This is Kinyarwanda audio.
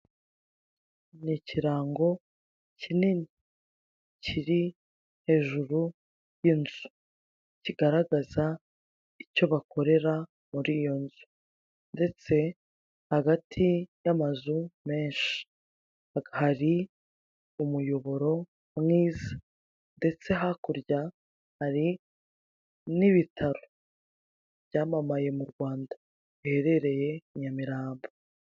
Ni ikirango kinini kiri hejuru y'inzu , kigaragaza icyo bakorera muri iyo nzu, ndetse hagati y'amazu menshi hari umuyoboro mwiza ndetse hakurya hari n' ibitaro byamamaye mu rwanda biherereye i Nyamirambo .